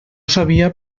sabia